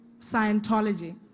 Scientology